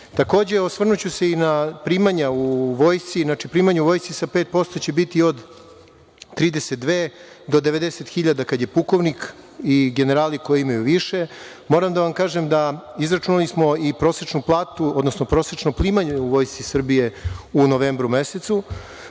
stvari. Takođe, osvrnuću se i na primanja u vojsci. Znači, primanja u vojsci sa pet posto će biti od 32 do 90 hiljada kada je pukovnik i generali koji imaju više. Moram da vam kažem, da izračunali smo i prosečnu platu, odnosno prosečno primanje u Vojsci Srbije u novembru mesecu.